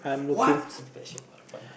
what is special about the partner